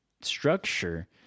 structure